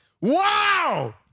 Wow